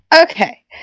Okay